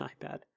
iPad